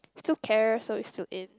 still care so is still in